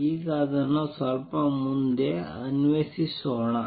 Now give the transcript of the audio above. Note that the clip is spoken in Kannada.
ಈಗ ಇದನ್ನು ಸ್ವಲ್ಪ ಮುಂದೆ ಅನ್ವೇಷಿಸೋಣ